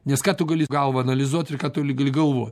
nes ką tu gali galvą analizuot ir ką tu gali galvot